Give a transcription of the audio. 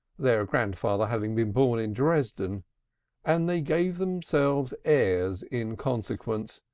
their grandfather having been born in dresden and they gave themselves airs in consequence,